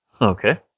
Okay